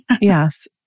Yes